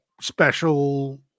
special